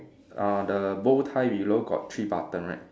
uh the bow tie below got three button right